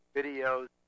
videos